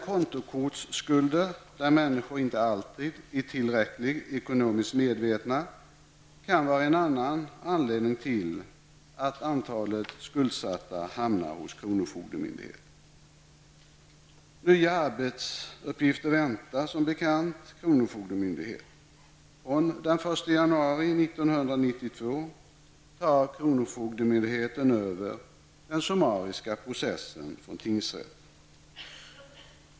Kontokortsskulder -- där människor inte alltid är tillräckligt ekonomiskt medvetna -- kan vara en annan anledning till att antalet skuldsatta som hamnar hos kronofogdemyndigheten har ökat. Nya arbetsuppgifter väntar som bekant kronofogdemyndigheten. Från den 1 januari 1992 tar kronofogdemyndigheten över den summariska processen från tingsrätten.